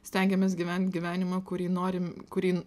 stengiamės gyvent gyvenimą kurį norim kurį